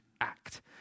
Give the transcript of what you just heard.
act